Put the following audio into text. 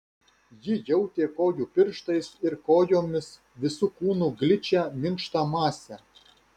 ji jautė kojų pirštais ir kojomis visu kūnu gličią minkštą masę